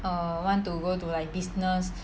err want to go to like business